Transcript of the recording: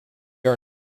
are